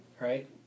right